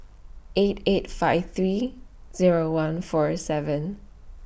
eight eight five three Zero one four seven